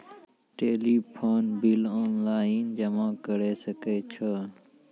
Telephone bill online जमा करै सकै छौ?